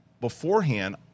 beforehand